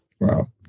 Wow